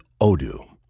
Odoo